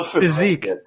physique